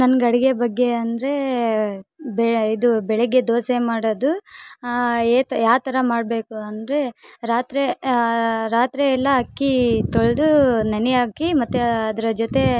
ನನ್ಗೆ ಅಡಿಗೆ ಬಗ್ಗೆ ಅಂದರೆ ಬೆ ಇದು ಬೆಳಗ್ಗೆ ದೋಸೆ ಮಾಡೋದು ಏತ ಯಾವ್ತರ ಮಾಡ್ಬೇಕು ಅಂದರೆ ರಾತ್ರಿ ರಾತ್ರಿಯೆಲ್ಲ ಅಕ್ಕಿ ತೊಳ್ದು ನೆನೆ ಹಾಕಿ ಮತ್ತು ಅದರ ಜೊತೆ